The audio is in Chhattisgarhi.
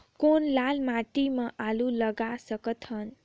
कौन लाल माटी म आलू लगा सकत हन?